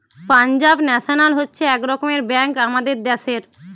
Punjab National হচ্ছে এক রকমের ব্যাঙ্ক আমাদের দ্যাশের